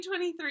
2023